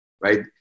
right